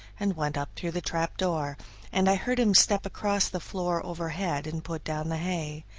and went up through the trapdoor and i heard him step across the floor overhead and put down the hay.